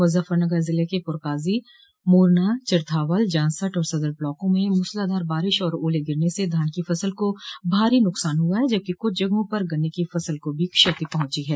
मुजफ्फरनगर ज़िले के पुरकाजो मोरना चरथावल जानसठ और सदर ब्लाकों में मूसलाधार बारिश और ओले गिरने से धान की फसल को भारी नुकसान हुआ है जबकि कुछ जगहों पर गन्ने की फसल को भी क्षति पहुंची है